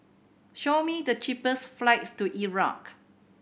show me the cheapest flights to Iraq